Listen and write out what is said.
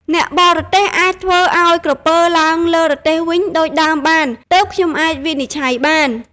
បើអ្នកបរទេះអាចធ្វើឲ្យក្រពើឡើងលើរទេះវិញដូចដើមបាន ទើបខ្ញុំអាចវិនិច្ឆ័យបាន"។